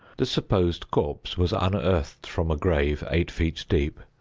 the supposed corpse was unearthed from a grave eight feet deep,